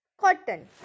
Cotton